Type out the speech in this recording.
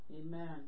Amen